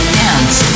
dance